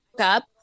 up